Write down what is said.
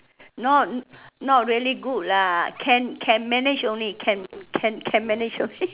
not not really good lah can can manage only can can can manage